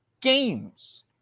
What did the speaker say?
games